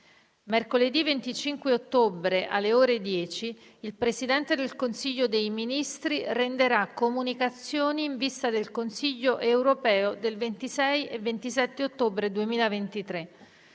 Mercoledì 25 ottobre, alle ore 10, il Presidente del Consiglio dei ministri renderà comunicazioni in vista del Consiglio europeo del 26 e 27 ottobre 2023.